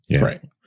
Right